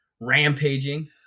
rampaging